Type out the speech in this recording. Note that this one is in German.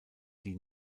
die